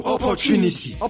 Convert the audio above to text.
Opportunity